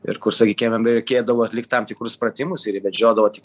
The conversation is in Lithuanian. ir kur sakykim jam reikėdavo atlikt tam tikrus pratimus ir jį vedžiodavo tik